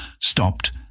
stopped